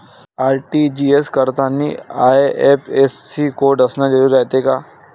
RTGS करतांनी IFSC code असन जरुरी रायते का?